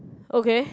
okay